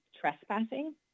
trespassing